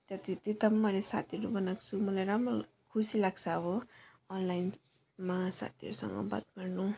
त्यति त्यता पनि मैले साथीहरू बनाएको छु मलाई राम्रो खुसी लाग्छ अब अनलाइनमा साथीहरूसँग बात मार्नु